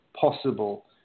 possible